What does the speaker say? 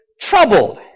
troubled